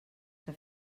que